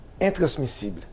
intransmissible